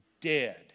dead